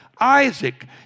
Isaac